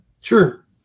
Sure